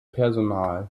personal